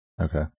Okay